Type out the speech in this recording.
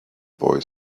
boy